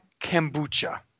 Kombucha